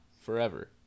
Forever